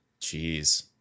Jeez